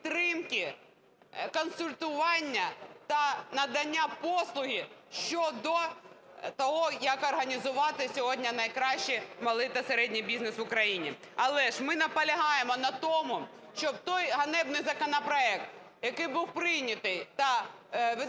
підтримки, консультування та надання послуги щодо того, як організувати сьогодні найкраще малий та середній бізнес в Україні. Але ж ми наполягаємо на тому, щоб той ганебний законопроект, який був прийнятий та веде